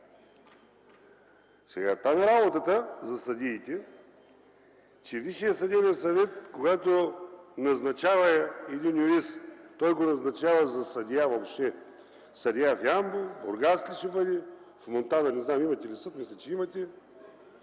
Там е работата за съдиите, че Висшият съдебен съвет, когато назначава един юрист, го назначава за съдия въобще. Съдия в Ямбол, Бургас ли ще бъде, в Монтана не знам имате ли съд? Мисля, че имате.